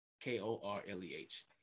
K-O-R-L-E-H